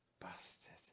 Bastard